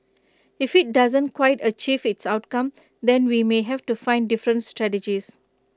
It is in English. if IT doesn't quite achieve its outcome then we may have to find different strategies